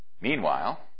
Meanwhile